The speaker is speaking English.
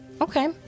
okay